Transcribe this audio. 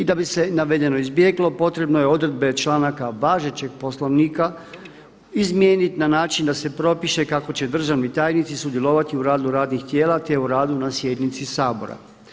I da bi se navedeno izbjeglo potrebno je odredbe članaka važećeg Poslovnika izmijeniti na način da se propiše kako će državni tajnici sudjelovati u radu radnih tijela, te u radu na sjednici Sabora.